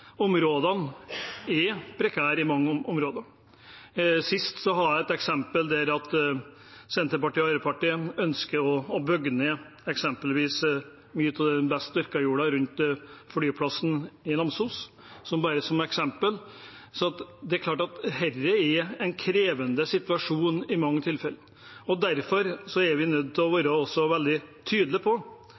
områdene er prekær i mange områder. Det siste eksemplet jeg har, er at Senterpartiet og Arbeiderpartiet ønsker å bygge ned mye av den beste dyrkajorda rundt flyplassen i Namsos. Det er klart at dette er en krevende situasjon i mange tilfeller. Derfor er vi nødt til å være veldig tydelige på